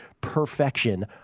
perfection